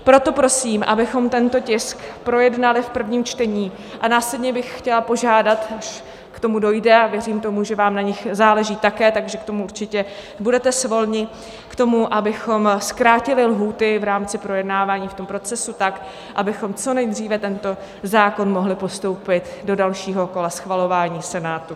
Proto prosím, abychom tento tisk projednali v prvním čtení, a následně bych chtěla požádat, až k tomu dojde, a věřím tomu, že vám na nich záleží také, takže k tomu určitě budete svolní, k tomu, abychom zkrátili lhůty v rámci projednávání v tom procesu, tak abychom co nejdříve tento zákon mohli postoupit do dalšího kola schvalování v Senátu.